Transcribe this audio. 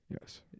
Yes